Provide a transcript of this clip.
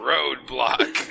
Roadblock